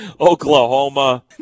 Oklahoma